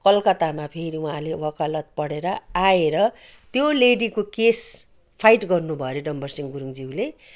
कलकत्तामा उहाँले फेरि वकालत पढेर आएर त्यो लेडीको केस फाइट गर्नुभयो अरे डम्बरसिहँ गुरुङज्यूले